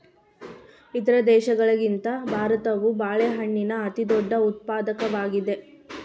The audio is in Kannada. ಇತರ ದೇಶಗಳಿಗಿಂತ ಭಾರತವು ಬಾಳೆಹಣ್ಣಿನ ಅತಿದೊಡ್ಡ ಉತ್ಪಾದಕವಾಗಿದೆ